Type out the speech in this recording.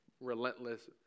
relentless